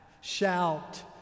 shout